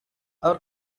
our